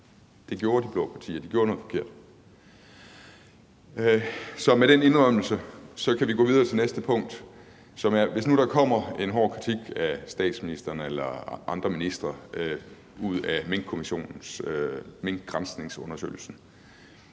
Det gjorde de blå partier – de gjorde noget forkert. Med den indrømmelse kan vi gå videre til næste punkt. Hvis nu der kommer en hård kritik af statsministeren eller andre ministre ud af Minkkommissionens undersøgelse,